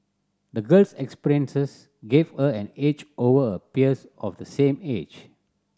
the girl's experiences gave her an edge over her peers of the same age